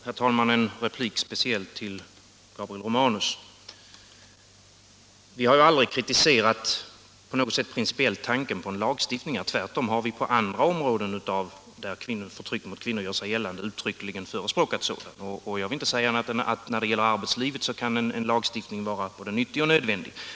Herr talman! En replik speciellt till Gabriel Romanus: Vi har aldrig på något sätt principiellt kritiserat tanken på lagstiftning. Tvärtom har vi på andra områden där förtryck mot kvinnor gör sig gällande uttryckligen förespråkat sådan, och jag vill inte säga annat än att när det gäller arbetslivet kan en lagstiftning vara både nyttig och nödvändig.